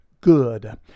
good